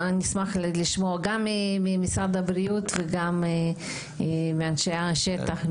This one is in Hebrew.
נשמח לשמוע גם ממשרד הבריאות וגם מאנשי השטח,